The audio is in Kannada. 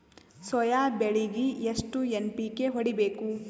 ಸೊಯಾ ಬೆಳಿಗಿ ಎಷ್ಟು ಎನ್.ಪಿ.ಕೆ ಹೊಡಿಬೇಕು?